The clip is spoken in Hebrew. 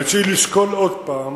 אני צריך לשקול עוד פעם